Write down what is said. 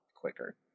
quicker